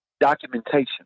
documentation